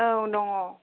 औ दङ